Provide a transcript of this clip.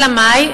אלא מאי?